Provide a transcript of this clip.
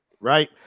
Right